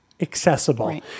accessible